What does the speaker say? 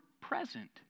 present